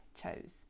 chose